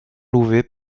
louvet